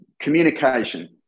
communication